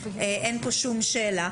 אין פה שום שאלה,